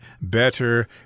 better